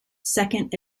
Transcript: second